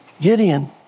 Gideon